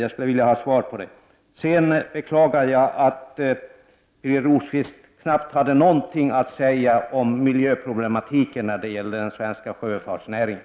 Jag skulle vilja ha svar på det. Jag beklagar att Birger Rosqvist knappt hade något att säga om miljöproblemen i samband med den svenska sjöfartsnäringen.